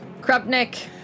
Krupnik